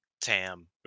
tam